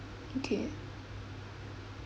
okay